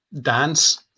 dance